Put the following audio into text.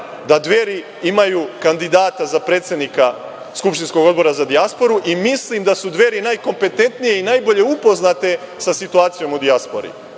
da Dveri imaju kandidata za predsednika skupštinskog Odbora za dijasporu i mislim da su Dveri najkompetentnije i najbolje upoznate sa situacijom u dijaspori.